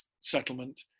settlement